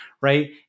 right